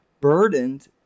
burdened